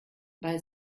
bei